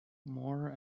more